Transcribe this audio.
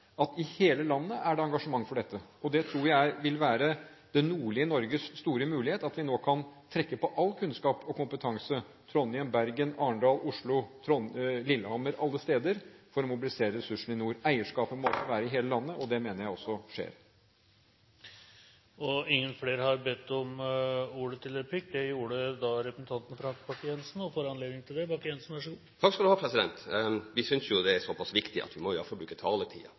at det i hele landet er engasjement for dette. Det tror jeg vil være det nordlige Norges store mulighet, at vi nå kan trekke på all kunnskap og kompetanse – Trondheim, Bergen, Arendal, Oslo, Lillehammer, alle steder – for å mobilisere ressursene i nord. Eierskapet må være i hele landet, og det mener jeg også skjer. Flere har ikke bedt om ordet til replikk – det gjør representanten Bakke-Jensen, og han får anledning til det. Vi synes det er såpass viktig at vi iallfall må bruke taletiden. Litt av problematikken rundt dette er at